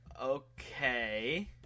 Okay